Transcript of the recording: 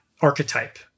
archetype